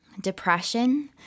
Depression